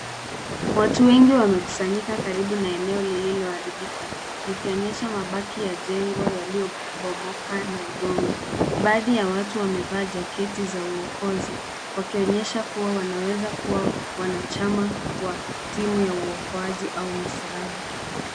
Watu wengi wamekusanyika karibu na eneo liliharibika likionyesha mabaki ya jengo liliobomoka na udongo. Baadhi ya watu wamevaa jaketi za uokozi wakionyesha kuwa wanaweza kuwa wanachama wa timu ya waokoaji au msaada.